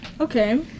okay